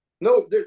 No